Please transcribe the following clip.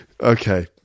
okay